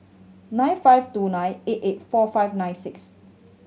nine five two nine eight eight four five nine six